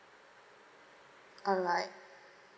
all right